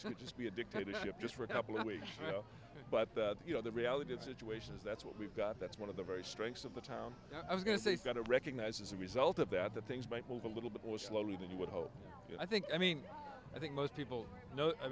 said just be a dictatorship just for a couple of weeks ago but you know the reality of situation is that's what we've got that's one of the very strengths of the town that i was going to say got to recognize as a result of that that things might move a little bit more slowly than you would hope and i think i mean i think most people know i